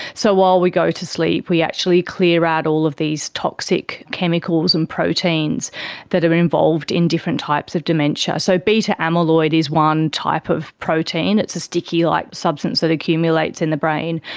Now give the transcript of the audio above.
so while we go to sleep we actually clear out all of these toxic chemicals and proteins that are involved in different types of dementia. so beta amyloid is one type of protein, it's a sticky like substance that accumulates in the brain.